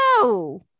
No